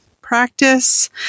practice